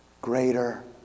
greater